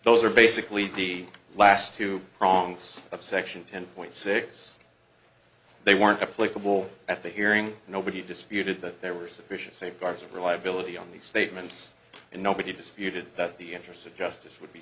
those are basically the last two prongs of section ten point six they weren't applicable at the hearing nobody disputed that there were sufficient safeguards of reliability on the statements and nobody disputed that the interests of justice would be